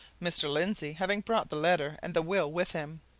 mr. lindsey having brought the letter and the will with him.